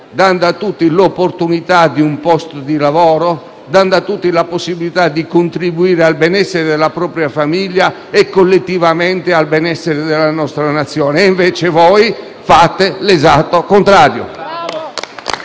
dando a tutti l'opportunità di un posto di lavoro, la possibilità di contribuire al benessere della propria famiglia e, collettivamente, al benessere della nostra Nazione. Invece, voi fate l'esatto contrario.